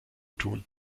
tun